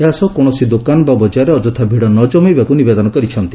ଏହା ସହ କୌଣସି ଦୋକାନ ବା ବଜାରରେ ଅଯଥା ଭିଡ ନ ଜମେଇବାକୁ ନିବେଦନ କରିଛନ୍ତି